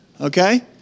Okay